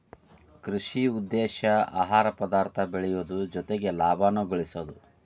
ಕೃಷಿ ಉದ್ದೇಶಾ ಆಹಾರ ಪದಾರ್ಥ ಬೆಳಿಯುದು ಜೊತಿಗೆ ಲಾಭಾನು ಗಳಸುದು